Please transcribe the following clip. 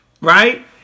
right